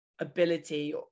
ability